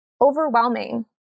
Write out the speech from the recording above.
overwhelming